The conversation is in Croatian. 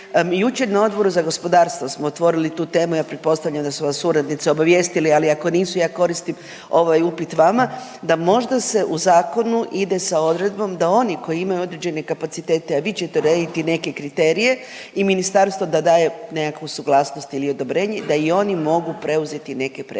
Jučer na Odboru za gospodarstvo smo otvorili tu temu, ja pretpostavljam da su vas suradnici obavijestili, ali ako nisu ja koristim ovaj upit vama da možda se u zakonu ide sa odredbom da oni koji imaju određene kapacitete, a vi ćete odrediti neke kriterije i ministarstvo da daje nekakvu suglasnost ili odobrenje da i oni mogu preuzeti neke predmete